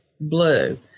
blue